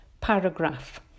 paragraph